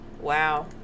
Wow